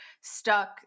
stuck